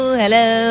hello